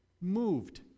moved